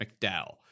McDowell